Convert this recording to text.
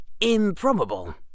improbable